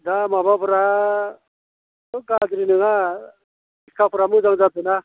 दा माबाफ्रा गाज्रि नङा सिक्षा मोजां जादों ना